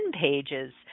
pages